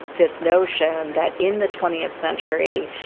this notion that in the twentieth century,